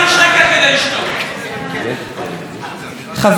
חברות וחברים,